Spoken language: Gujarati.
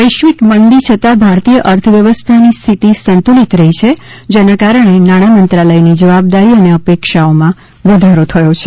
વૈશ્વિક મંદી છતાં ભારતીય અર્થવ્યવસ્થાની સ્થિતિ સંતુલિત રહી છે જેના કારણે નાણાં મંત્રાલયની જવાબદારી અને અપેક્ષાઓમાં વધારો થયો છે